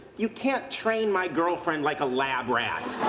you can't train my girlfriend like a lab rat.